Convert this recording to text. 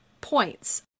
points